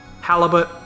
Halibut